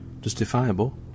justifiable